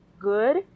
good